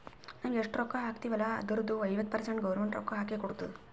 ನಾವ್ ಎಷ್ಟ ರೊಕ್ಕಾ ಹಾಕ್ತಿವ್ ಅಲ್ಲ ಅದುರ್ದು ಐವತ್ತ ಪರ್ಸೆಂಟ್ ಗೌರ್ಮೆಂಟ್ ರೊಕ್ಕಾ ಹಾಕಿ ಕೊಡ್ತುದ್